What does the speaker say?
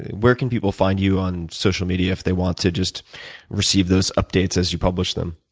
where can people find you on social media if they want to just receive those updates as you publish them?